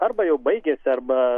arba jau baigiasi arba